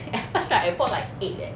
at first right I bought like eight leh